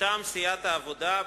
מטעם סיעת העבודה,